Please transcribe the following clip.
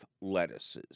lettuces